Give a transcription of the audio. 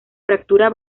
fractura